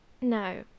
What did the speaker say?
no